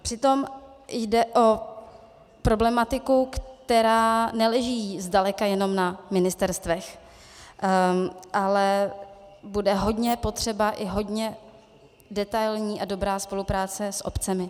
Přitom jde o problematiku, která neleží zdaleka jenom na ministerstvech, ale bude hodně potřeba i hodně detailní a dobrá spolupráce s obcemi.